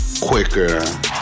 quicker